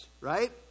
right